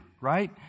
right